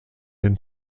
den